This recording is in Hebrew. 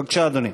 בבקשה, אדוני.